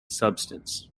substance